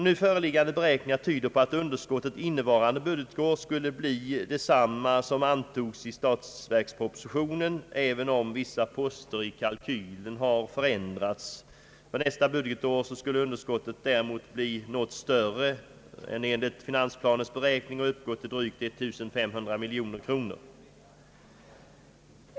Nu föreliggande beräkningar tyder på att underskottet innevarande budgetår skulle bli detsamma som antogs i statsverkspropositionen, även om vissa poster i kalkylen har förändrats. För nästa budgetår skulle underskottet däremot bli något större än enligt finansplanens beräkning och uppgå till drygt 1500 miljoner kronor.